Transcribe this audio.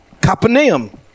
Capernaum